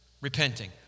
repenting